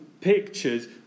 pictures